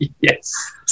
Yes